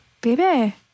baby